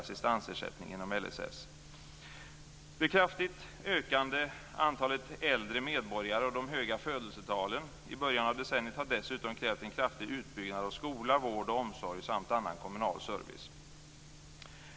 Det kraftigt ökande antalet äldre medborgare och de höga födelsetalen i början av decenniet har dessutom krävt en kraftig utbyggnad av skola, vård och omsorg samt annan kommunal service.